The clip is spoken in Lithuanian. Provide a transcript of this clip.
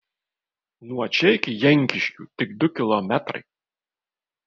nuo čia iki jankiškių tik du kilometrai